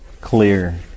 clear